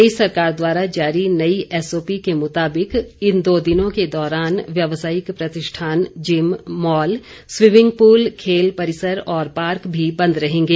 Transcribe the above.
प्रदेश सरकार द्वारा जारी नई एसओपी के मुताबिक इन दो दिनों के दौरान व्यावसायिक प्रतिष्ठान जिम मॉल स्वीमिंग पूल खेल परिसर और पार्क भी बंद रहेंगें